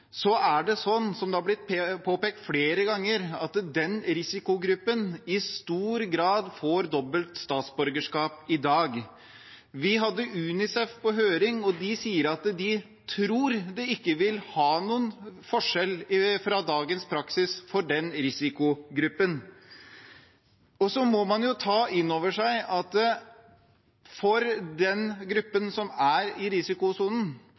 er det slik, som det har blitt påpekt flere ganger, at den risikogruppen i stor grad får dobbelt statsborgerskap i dag. Vi hadde UNICEF på høring, og de sier at de ikke tror det vil utgjøre noen forskjell fra dagens praksis for den risikogruppen. Så må man ta inn over seg at den gruppen som er i risikosonen,